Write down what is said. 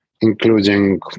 including